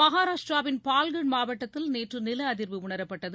மகாராஷ்ட்டிராவின் ீயடபாயச மாவட்டத்தில் நேற்று நில அதிர்வு உணரப்பட்டது